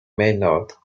maynooth